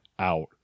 out